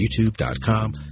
youtube.com